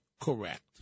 correct